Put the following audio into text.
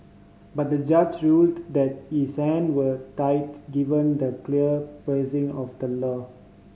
but the judge ruled that his hand were tied given the clear phrasing of the law